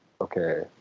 okay